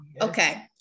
okay